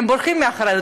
בורחים מאחריות,